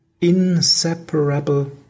inseparable